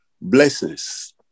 blessings